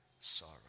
sorrow